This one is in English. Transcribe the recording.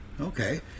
Okay